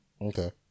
Okay